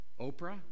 Oprah